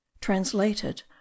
Translated